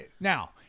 Now